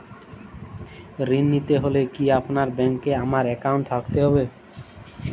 ঋণ নিতে হলে কি আপনার ব্যাংক এ আমার অ্যাকাউন্ট থাকতে হবে?